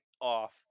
off